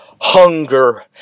hunger